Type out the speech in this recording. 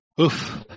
oof